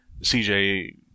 CJ